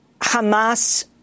Hamas